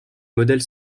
modèle